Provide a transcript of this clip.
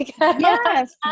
Yes